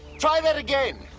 try that again,